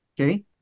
okay